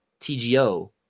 TGO